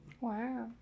Wow